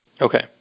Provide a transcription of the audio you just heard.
Okay